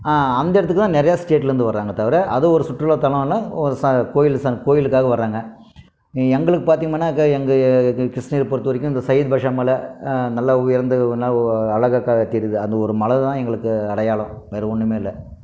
அந்த இடத்துக்கு தான் நிறையா ஸ்டேட்லிருந்து வராங்க தவிர அதை ஒரு சுற்றுலாத்தலம்னு ஓ ஸ கோயிலுசங் கோயிலுக்காக வராங்க எங்களுக்கு பார்த்திம்மனாக்கா எங்கள் கிருஷ்ணகிரி பொறுத்த வரைக்கும் இந்த சையத் பாஷா மலை நல்லா உயர்ந்த ஒன்றா ஓ அழகா தெரியுது அந்த ஒரு மலை தான் எங்களுக்கு அடையாளம் வேறு ஒன்றுமே இல்லை